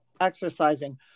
exercising